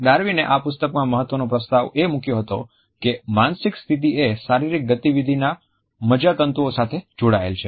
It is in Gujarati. ડાર્વિનએ આ પુસ્તકમાં મહત્વનો પ્રસ્તાવ એ મૂક્યો હતો કે માનસિક સ્થિતિએ શારીરિક ગતિવિધિના મજ્જાતંતુ સાથે જોડાયેલી છે